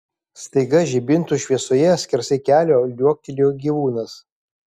staiga žibintų šviesoje skersai kelio liuoktelėjo gyvūnas